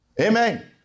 Amen